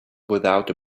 without